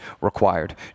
required